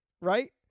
Right